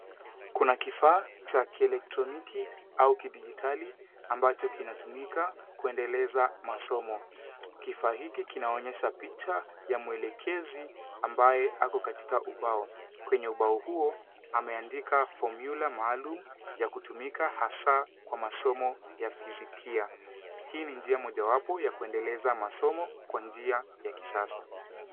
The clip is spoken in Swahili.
Kuna kifaa cha kielektroniki au kidijitali ambacho kinatumika kuendeleza masomo. Kifaa hiki kinaonyesha picha ya mwelekezi ambaye yako katika ubao. Kwenye ubao huo ameandika fomula maalum ya kutumika hasa kwa masomo ya fizikia. Hii ni njia mojawapo ya kuendeleza masomo kwa njia ya kisasa.